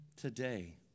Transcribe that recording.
today